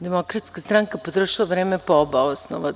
Demokratska stranka je potrošila vreme po oba osnova.